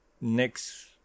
Next